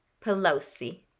Pelosi